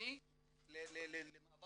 ראשוני למאבק